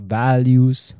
values